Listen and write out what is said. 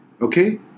Okay